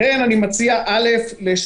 לכן אני מציע: א.